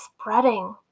spreading